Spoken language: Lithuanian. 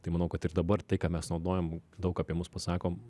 tai manau kad ir dabar tai ką mes naudojam daug apie mus pasakom